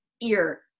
ear